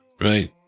Right